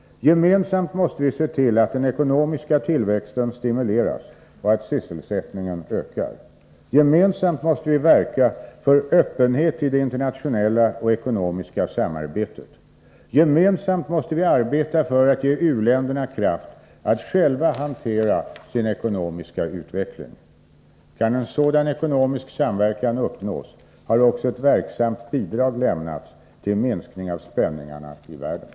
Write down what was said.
Gemensamt måste vi se till att den ekonomiska tillväxten stimuleras och att sysselsättningen ökar. Gemensamt måste vi verka för öppenhet i det internationella och ekonomiska samarbetet. Gemensamt måste vi arbeta för att ge u-länderna kraft att själva hantera sin ekonomiska utveckling. Kan en sådan ekonomisk samverkan uppnås, har också ett verksamt bidrag lämnats till minskning av spänningarna i världen.